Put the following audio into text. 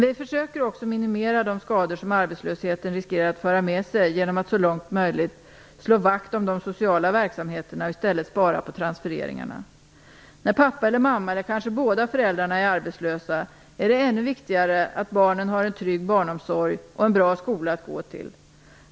Vi försöker också minimera de skador som arbetslösheten riskerar att föra med sig genom att så långt som möjligt slå vakt om de sociala verksamheterna och i stället spara på transfereringarna. När pappa eller mamma - eller kanske båda föräldrarna - är arbetslös är det ännu viktigare att barnen har en trygg barnomsorg och en bra skola att gå till.